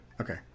Okay